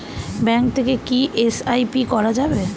Bank থেকে কী SIP করা যাবে?